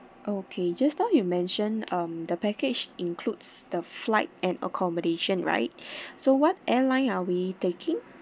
okay just now you mentioned um the package includes the flight and accommodation right so what airline are we taking